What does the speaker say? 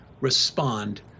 respond